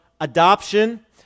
adoption